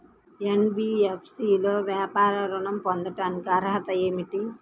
NBFC లో వ్యాపార ఋణం పొందటానికి అర్హతలు ఏమిటీ?